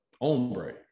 ombre